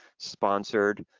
sponsored,